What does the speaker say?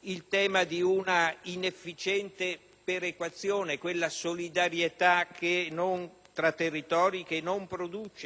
Vi è il tema di una inefficiente perequazione: quella solidarietà tra territori che non produce